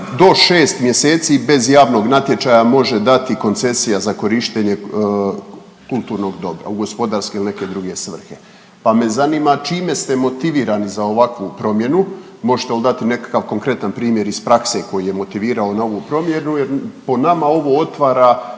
do 6 mjeseci bez javnog natječaja može dati koncesija za korištenje kulturnog dobra u gospodarske ili neke druge svrhe. Pa me zanima čime ste motivirani za ovakvu promjenu, možete li dati nekakav konkretan primjer iz prakse koji je motivirao na ovu promjenu, jer po nama ovo otvara